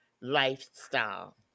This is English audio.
lifestyle